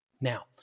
Now